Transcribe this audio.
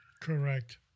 Correct